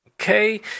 Okay